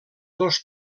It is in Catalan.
dos